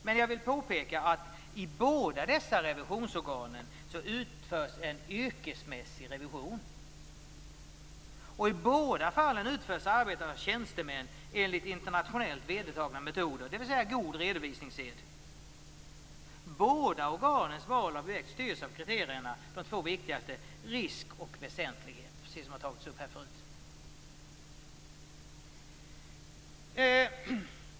Men jag vill påpeka att i båda dessa revisionsorgan utförs en yrkesmässig revision. I båda fallen utförs arbete av tjänstemän enligt internationellt vedertagna metoder, dvs. god redovisningssed. Båda organens val av väg styrs av de två viktigaste kriterierna risk och väsentlighet, precis som har tagits upp här förut.